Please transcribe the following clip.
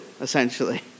essentially